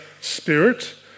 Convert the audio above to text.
spirit